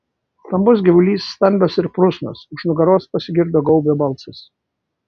stambus gyvulys stambios ir prusnos už nugaros pasigirdo gaubio balsas